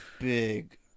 big